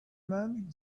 men